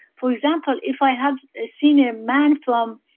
for example, if i have seen a man from.